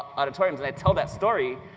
auditoriums and i tell that story,